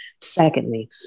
Secondly